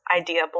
idea